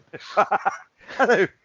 Hello